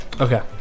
Okay